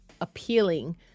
appealing